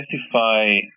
specify